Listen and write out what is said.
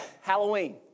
Halloween